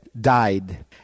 died